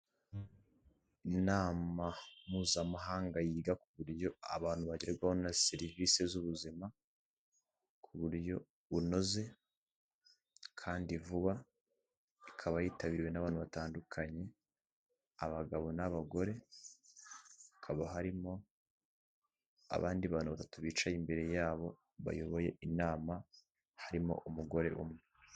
Inama mpuzamahanga yiga ku buryo abantu bagerwaho na serivise z'ubuzima ku buryo bunoze kandi vuba. Ikaba yitabiriwe n'abantu batandukanye, abagabo n'abagore hakaba harimo abandi bantu batatu bicaye imbere ya bo bayoboye inama harimo umugore umwe.